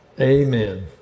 Amen